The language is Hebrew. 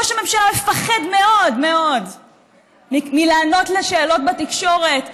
ראש הממשלה מפחד מאוד מאוד לענות על שאלות בתקשורת,